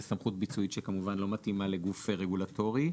זו סמכות ביצועית שכמובן לא מתאימה לגוף רגולטורי.